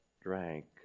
drank